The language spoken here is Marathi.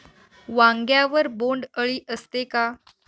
वांग्यावर बोंडअळी असते का?